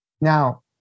Now